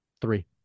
Three